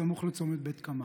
סמוך לצומת בית קמה.